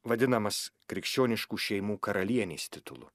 vadinamas krikščioniškų šeimų karalienės titulu